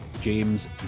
James